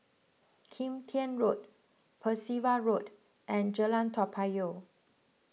Kim Tian Road Percival Road and Jalan Toa Payoh